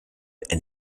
and